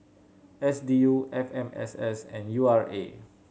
S D U F M S S and U R A